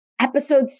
Episode